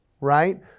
right